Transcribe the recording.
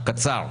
קצר.